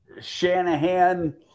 Shanahan –